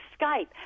Skype